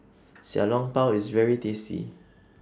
Xiao Long Bao IS very tasty